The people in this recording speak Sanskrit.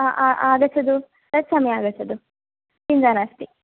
आगच्छतु तत् समये आगच्छतु चिन्ता नास्ति